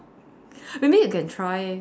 maybe you can try